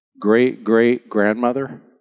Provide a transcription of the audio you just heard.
great-great-grandmother